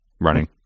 running